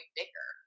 bigger